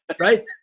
Right